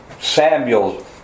Samuel